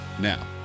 Now